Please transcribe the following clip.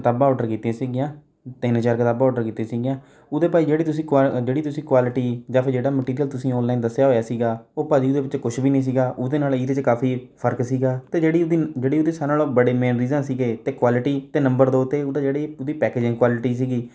ਕਿਤਾਬਾਂ ਆਰਡਰ ਕੀਤੀਆਂ ਸੀਗੀਆਂ ਤਿੰਨ ਚਾਰ ਕਿਤਾਬਾਂ ਆਰਡਰ ਕੀਤੀਆਂ ਸੀਗੀਆਂ ਉਹਦੇ ਭਾਅ ਜੀ ਜਿਹੜੀ ਤੁਸੀਂ ਕੁਆ ਜਿਹੜੀ ਤੁਸੀਂ ਕੁਆਲਿਟੀ ਜਾਂ ਫਿਰ ਜਿਹੜਾ ਮਟੀਰੀਅਲ ਤੁਸੀਂ ਆਨਲਾਈਨ ਦੱਸਿਆ ਹੋਇਆ ਸੀਗਾ ਉਹ ਭਾਅ ਜੀ ਉਹਦੇ ਵਿੱਚ ਕੁਛ ਵੀ ਨਹੀਂ ਸੀਗਾ ਉਹਦੇ ਨਾਲੇ ਇਹਦੇ 'ਚ ਕਾਫੀ ਫਰਕ ਸੀਗਾ ਅਤੇ ਜਿਹੜੇ ਇਹਦੀ ਜਿਹੜੇ ਉਹਦੀ ਸਾਰਿਆਂ ਨਾਲੋਂ ਬੜੇ ਮੇਨ ਰੀਜ਼ਨ ਸੀਗੇ ਅਤੇ ਕੁਆਲਟੀ ਅਤੇ ਨੰਬਰ ਦੋ 'ਤੇ ਉਹਦੇ ਜਿਹੜੀ ਉਹਦੀ ਪੈਕੇਜਿੰਗ ਕੁਆਲਿਟੀ ਸੀਗੀ